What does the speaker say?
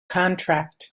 contract